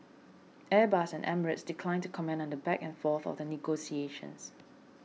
Airbus and Emirates declined to comment on the back and forth of the negotiations